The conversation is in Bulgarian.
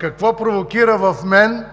какво провокира в мен